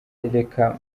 reka